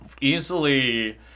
Easily